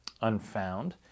unfound